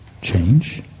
change